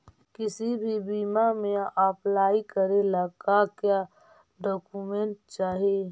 किसी भी बीमा में अप्लाई करे ला का क्या डॉक्यूमेंट चाही?